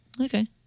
Okay